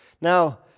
Now